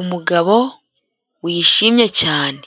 Umugabo wishimye cyane